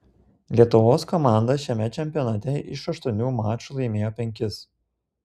lietuvos komanda šiame čempionate iš aštuonių mačų laimėjo penkis